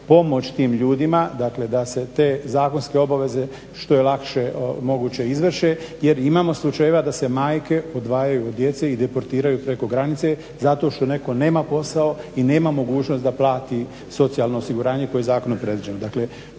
pomoć tim ljudima, dakle da se te zakonske obaveze što je lakše moguće izvrše. Jer imamo slučajeva da se majke odvajaju od djece i deportiraju preko granice zato što netko nema posao i nema mogućnost da plati socijalno osiguranje koje je zakonom predviđeno.